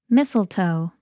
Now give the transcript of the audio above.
Mistletoe